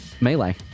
melee